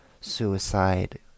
suicide